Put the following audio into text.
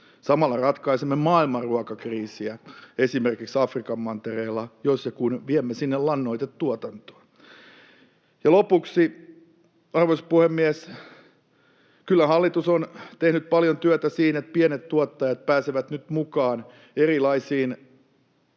Samalla ratkaisemme maailman ruokakriisiä esimerkiksi Afrikan mantereella, jos ja kun viemme sinne lannoitetuotantoa. Ja lopuksi, arvoisa puhemies: Kyllä hallitus on tehnyt paljon työtä siinä, että pienet tuottajat pääsevät nyt mukaan erilaisiin